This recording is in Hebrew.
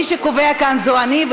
מי שקובע כאן זה אני,